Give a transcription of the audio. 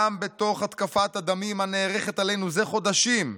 גם בתוך התקפת הדמים הנערכת עלינו זה חודשים,